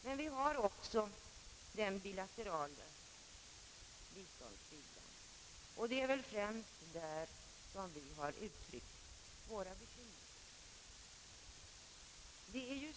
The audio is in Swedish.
Men vi har också den bilaterala biståndssidan, och det är väl främst där som vi har uttryckt våra bekymmer.